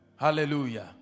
Hallelujah